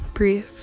Breathe